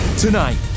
Tonight